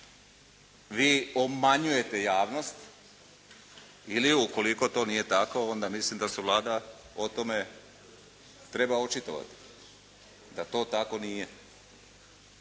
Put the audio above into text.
vi obmanjujete javnost ili ukoliko to nije tako, onda mislim da se Vlada o tome treba očitovati, da to tako nije.